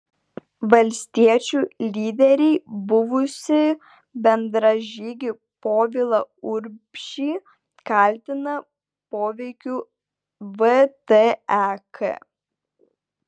valstiečių lyderiai buvusį bendražygį povilą urbšį kaltina poveikiu vtek